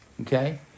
Okay